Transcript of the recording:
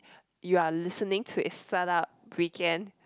you are listening to start up weekend